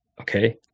Okay